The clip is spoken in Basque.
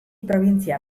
probintzia